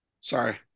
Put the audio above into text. Sorry